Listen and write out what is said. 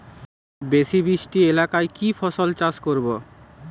বেশি বৃষ্টি এলাকায় কি ফসল চাষ করব?